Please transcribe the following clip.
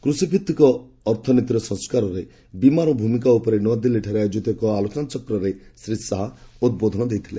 କୃଷିଭିଭିକ ଅର୍ଥନୀତିର ସଂସ୍କାରରେ ବୀମାର ଭୂମିକା ଉପରେ ନୃଆଦିଲ୍ଲାଠାରେ ଆୟୋଜିତ ଏକ ଆଲୋଚନାଚକ୍ରରେ ଶ୍ରୀ ଶାହା ଉଦ୍ବୋଧନ ଦେଇଥିଲେ